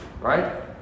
right